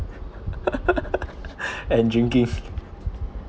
and drinking